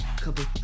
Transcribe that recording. couple